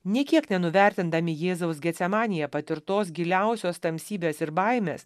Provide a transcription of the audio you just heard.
nė kiek nenuvertindami jėzaus getsemanėje patirtos giliausios tamsybės ir baimės